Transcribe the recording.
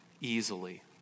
easily